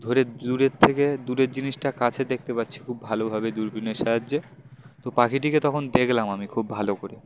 ধরে দূরের থেকে দূরের জিনিসটা কাছে দেখতে পাচ্ছি খুব ভালোভাবে দূরবীণের সাহায্যে তো পাখিটিকে তখন দেখলাম আমি খুব ভালো করে